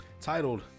titled